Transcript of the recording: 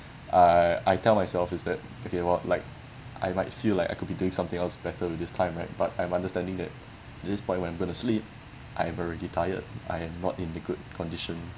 I I tell myself is that okay what like I might feel like I could be doing something else better with this time right but I'm understanding that this point when I'm going to sleep I'm already tired I am not in a good condition